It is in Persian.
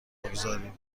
بگذاریم